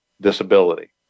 disability